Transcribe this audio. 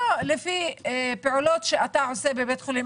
לא לפי פעולות שאתה עושה בבית חולים.